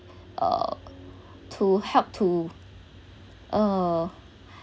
uh to help to uh